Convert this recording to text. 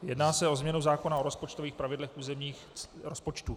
Jedná se o změnu zákona o rozpočtových pravidlech územních rozpočtů.